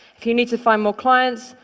if you need to find more clients,